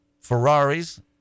Ferraris